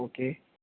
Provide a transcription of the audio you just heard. okay